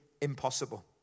impossible